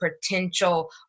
potential